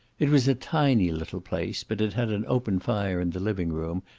it was a tiny little place, but it had an open fire in the living-room,